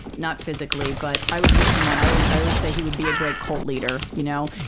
not physically, but i was with someone, i always i always say he would be a great cult leader, you know?